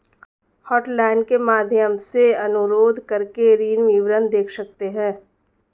hotline के माध्यम से अनुरोध करके ऋण विवरण देख सकते है